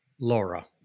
Laura